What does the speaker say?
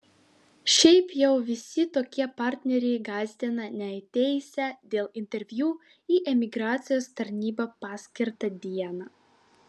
šiaip jau visi tokie partneriai gąsdina neateisią dėl interviu į emigracijos tarnybą paskirtą dieną